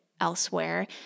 elsewhere